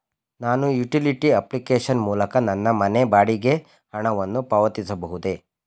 ನಾನು utility application ಮೂಲಕ ನನ್ನ ಮನೆ ಬಾಡಿಗೆ ಹಣವನ್ನು ಪಾವತಿಸಬಹುದೇ?